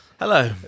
Hello